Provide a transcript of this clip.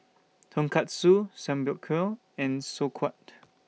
Tonkatsu Samgyeopsal and Sauerkraut